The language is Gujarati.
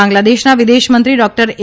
બાંગ્લાદેશના વિદેશમંત્રી ડોકટર એ